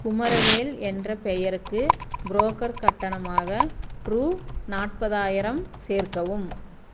குமரவேல் என்ற பெயருக்கு புரோக்கர் கட்டணமாக ரூபா நாற்பதாயிரம் சேர்க்கவும்